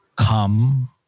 come